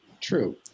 true